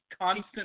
constant